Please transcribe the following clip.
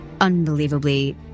unbelievably